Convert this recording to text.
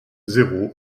zéro